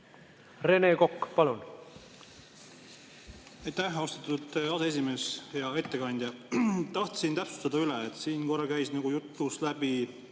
Rene Kokk, palun!